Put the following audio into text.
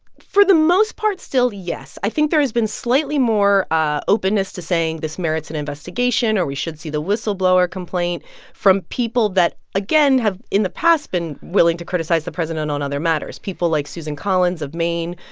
for the most part, still yes. i think there has been slightly more ah openness to saying this merits an investigation or we should see the whistleblower complaint from people that, again, have in the past been willing to criticize the president on other matters, people like susan collins of maine,